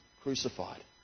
crucified